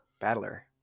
Battler